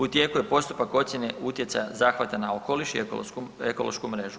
U tijeku je postupak ocijene utjecaja zahvata na okoliš i ekološku mrežu.